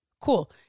cool